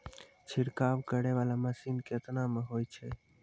छिड़काव करै वाला मसीन केतना मे होय छै?